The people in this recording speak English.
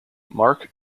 mark